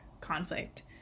conflict